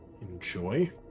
enjoy